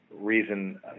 reason